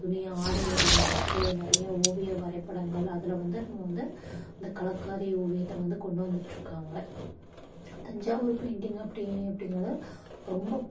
துணி ஆடைய வடிவமைப்பு நிறையா ஓவிய வரைபடங்கள் அதில் வந்து நம்ம வந்து அந்த கலம்காரி ஓவியத்தை வந்து கொண்டுவந்துகிட்டு இருக்காங்க தஞ்சாவூர் பெயிண்டிங்கெலாம் அப்படி அப்படிங்கிறத ரொம்ப